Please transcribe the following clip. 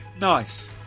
Nice